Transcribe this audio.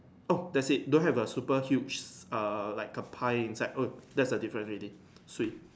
oh that's it don't have like super huge err like a pie inside oat there's the difference already swee